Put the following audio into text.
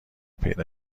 پیدا